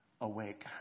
awake